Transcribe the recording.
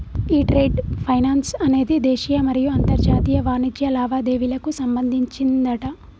ఈ trade finance అనేది దేశీయ మరియు అంతర్జాతీయ వాణిజ్య లావాదేవీలకు సంబంధించిందట